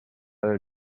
del